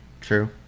True